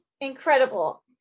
incredible